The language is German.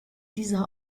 dieser